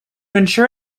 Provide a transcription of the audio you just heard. ensure